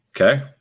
Okay